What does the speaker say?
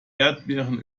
erdbeeren